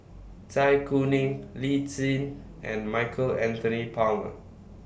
Zai Kuning Lee Tjin and Michael Anthony Palmer